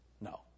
No